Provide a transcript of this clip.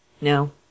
No